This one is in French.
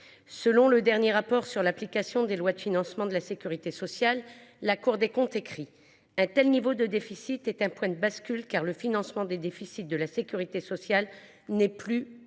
Selon le dernier rapport sur l’application des lois de financement de la sécurité sociale, la Cour des comptes écrit :« Un tel niveau de déficit est un point de bascule, car le financement des déficits de la sécurité sociale n’est plus assuré à